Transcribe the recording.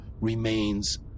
remains